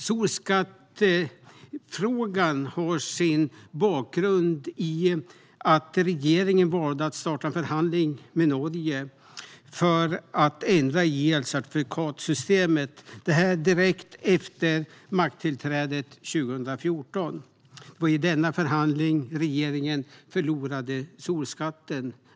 Utvidgad skatte-befrielse för egen-producerad förnybar el Frågan om solskatt har sin bakgrund i att regeringen direkt efter makttillträdet 2014 valde att starta en förhandling med Norge för att ändra i elcertifikatssystemet. I denna förhandling förlorade regeringen solskatten.